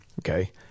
Okay